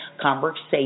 conversation